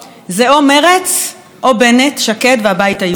זה או מרצ או בנט, שקד והבית היהודי,